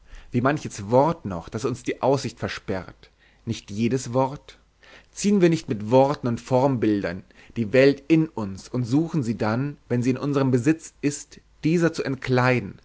wie manches wort noch das uns die aussicht versperrt nicht jedes wort ziehen wir nicht mit worten und formbildern die welt in uns und suchen sie dann wenn sie in unserem besitz ist dieser zu entkleiden